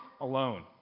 alone